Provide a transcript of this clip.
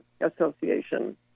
Association